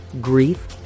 grief